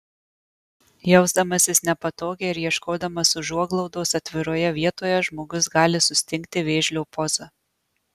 jausdamasis nepatogiai ir ieškodamas užuoglaudos atviroje vietoje žmogus gali sustingti vėžlio poza